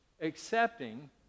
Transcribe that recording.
accepting